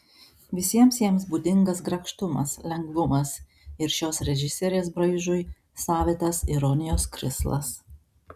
visiems jiems būdingas grakštumas lengvumas ir šios režisierės braižui savitas ironijos krislas